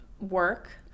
work